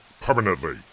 permanently